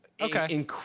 okay